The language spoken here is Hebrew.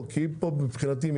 אני עושה הפסקה לעשר דקות.